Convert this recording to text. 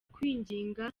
kwinginga